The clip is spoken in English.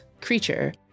creature